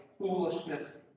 foolishness